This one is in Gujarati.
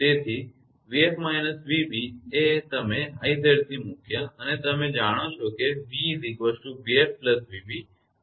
તેથી 𝑣𝑓 − 𝑣𝑏 એ તમે 𝑖𝑍𝑐 મૂક્યા અને તમે જાણો છો કે 𝑣 𝑣𝑓 𝑣𝑏